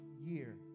year